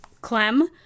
Clem